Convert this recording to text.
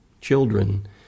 children